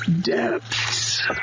depths